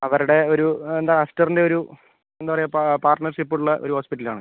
അവരുടെ ഒരു എന്താണ് ആസ്റ്ററിന്റെ ഒരു എന്താണ് പറയുക പാർട്ട്നർഷിപ്പ് ഉള്ള ഒരു ഹോസ്പിറ്റൽ ആണ്